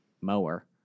mower